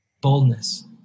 boldness